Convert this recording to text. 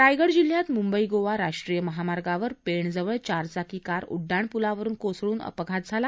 रायगड जिल्ह्यात मुंबई गोवा राष्ट्रीय महामार्गावर पेणजवळ चारचाकी कार उड्डाणपूलावरून कोसळून अपघात झाला